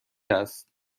است